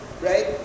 right